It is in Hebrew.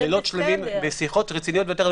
לילות שלמים של שיחות רציניות ביותר.